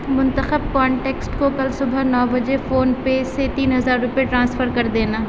منتخب کانٹیکسٹ کو کل صبح نو بجے فون پے سے تین ہزار روپے ٹرانسفر کر دینا